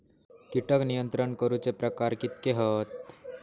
कीटक नियंत्रण करूचे प्रकार कितके हत?